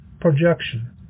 Projection